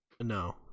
No